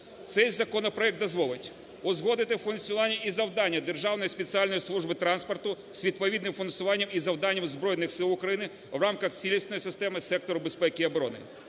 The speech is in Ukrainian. Цей законопроект дозволить узгодити функціонування і завдання Державної спеціальної служби транспорту з відповідним функціонуванням і завданням Збройних Сил України в рамках цілісної системи сектору безпеки і оборони,